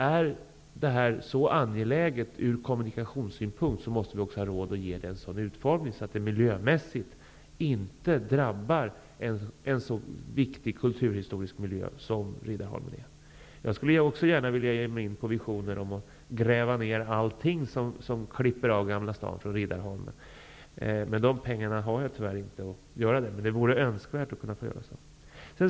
Om det här är så angeläget från kommunikationssynpunkt, måste vi också ha råd med en utformning som miljömässigt inte drabbar en så viktig kulturhistorisk miljö som Jag skulle också gärna vilja ge mig in på visionen att gräva ner allt som klipper av Gamla stan från Riddarholmen. Tyvärr har jag inte de pengar som behövs för det. Men det vore önskvärt att få göra så.